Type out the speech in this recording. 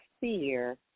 fear